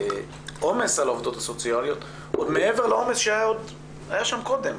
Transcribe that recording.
העומס על העובדות הסוציאליות מעבר לעומס שהיה שם עוד קודם.